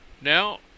Now